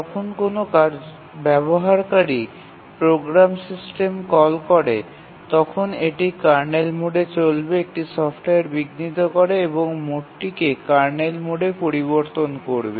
যখন কোনও ব্যবহারকারী সিস্টেম প্রোগ্রাম কল করে তখন এটি কার্নেল মোডে চলবে একটি সফ্টওয়্যার বিঘ্নিত করে এবং মোডটিকে কার্নেল মোডে পরিবর্তন করবে